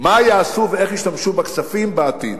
מה יעשו ואיך ישתמשו בכספים בעתיד.